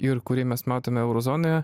ir kurį mes matome euro zonoje